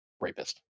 Rapist